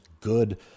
good